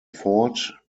fort